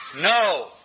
No